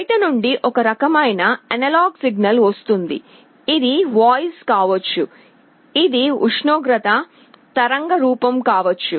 బయటి నుండి ఒక రకమైన అనలాగ్ సిగ్నల్ వస్తూ ఉంది ఇది వాయిస్ కావచ్చు ఇది ఉష్ణోగ్రత తరంగ రూపం కావచ్చు